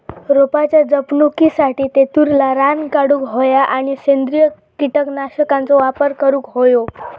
रोपाच्या जपणुकीसाठी तेतुरला रान काढूक होया आणि सेंद्रिय कीटकनाशकांचो वापर करुक होयो